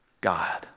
God